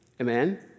Amen